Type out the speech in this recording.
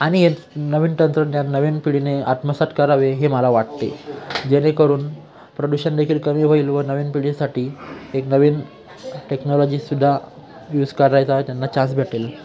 आणि एक नवीन तंत्रज्ञान नवीन पिढीने आत्मसात करावे हे मला वाटते जेणेकरून प्रदूषण देेखील कमी होईल व नवीन पिढीसाठी एक नवीन टेक्नॉलॉजीसुद्धा यूज करायचा त्यांना चा्स भेटेल